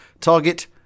Target